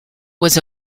was